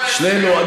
אין גבול לצביעות,